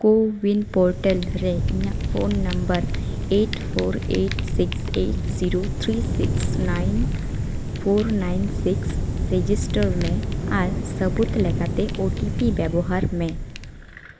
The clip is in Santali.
ᱠᱳᱼᱩᱭᱤᱱ ᱯᱳᱨᱴᱟᱞ ᱨᱮ ᱤᱧᱟᱹᱜ phone number eight four eight six eight zero three six nine four nine six register ᱢᱮ ᱟᱨ ᱥᱟᱹᱵᱩᱫᱽ ᱞᱮᱠᱟᱛᱮ ᱳ ᱴᱤ ᱯᱤ ᱵᱮᱵᱚᱦᱟᱨᱢᱮ